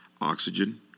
Oxygen